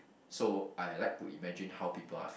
so I like to imagine how people are